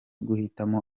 guhitamo